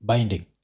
Binding